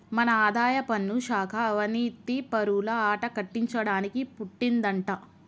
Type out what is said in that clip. మన ఆదాయపన్ను శాఖ అవనీతిపరుల ఆట కట్టించడానికి పుట్టిందంటా